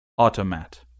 Automat